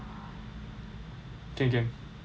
can can